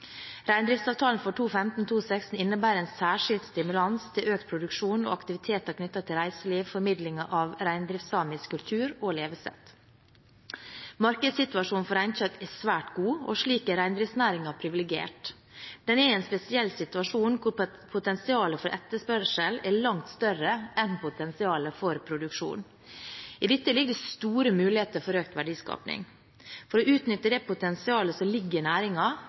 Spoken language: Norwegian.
Reindriftsavtalen for 2015/2016 innebærer en særskilt stimulans til økt produksjon og aktiviteter knyttet til reiseliv og formidling av reindriftssamisk kultur og levesett. Markedssituasjonen for reinkjøtt er svært god, og slik er reindriftsnæringen privilegert. Den er i en spesiell situasjon, hvor potensialet for etterspørsel er langt større enn potensialet for produksjon. I dette ligger store muligheter for økt verdiskaping. For å utnytte det potensialet som ligger i